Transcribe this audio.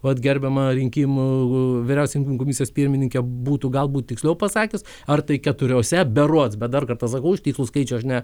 vat gerbiama rinkimų vyriausioji komisijos pirmininkė būtų galbūt tiksliau pasakius ar tai keturiose berods bet dar kartą sakau aš teisus skaičiaus ne